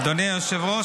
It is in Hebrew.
אדוני היושב-ראש,